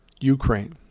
Ukraine